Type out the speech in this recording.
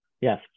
yes